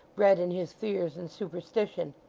bred in his fears and superstition.